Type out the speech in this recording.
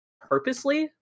purposely